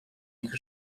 ich